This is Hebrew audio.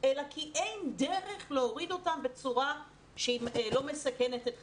אלא כי אין דרך להוריד אותם בצורה שהיא לא מסכנת את חייהם.